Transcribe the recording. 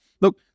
Look